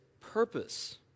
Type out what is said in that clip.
purpose